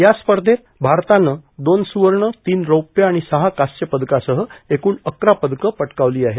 या स्पर्वेत भारतानं दोन सुवर्ण तीन रीष्य जाणि सहा कांस्य पदकासह एकूण अकरा पदकं पटकावली आहेत